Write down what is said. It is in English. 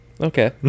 okay